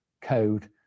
Code